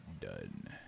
Done